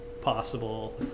possible